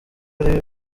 ari